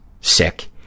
sick